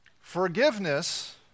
Forgiveness